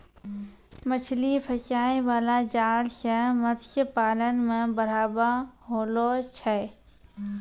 मछली फसाय बाला जाल से मतस्य पालन मे बढ़ाबा होलो छै